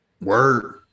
Word